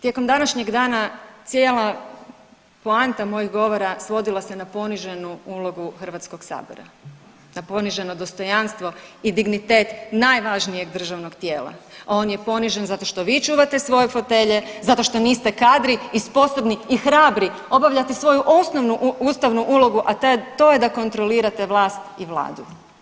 Tijekom današnjeg dana cijela poanta mojih govora svodila se na poniženu ulogu HS, na poniženo dostojanstvo i dignitet najvažnijeg državnog tijela, a on je ponižen zato što vi čuvate svoje fotelje, zato što niste kadri i sposobni i hrabri obavljati svoju osnovnu ustavnu ulogu, a to je da kontrolirate vlast i vladu.